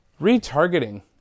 retargeting